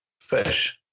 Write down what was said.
fish